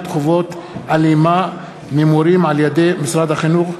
חובות אלימה ממורים על-ידי משרד החינוך.